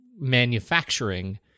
manufacturing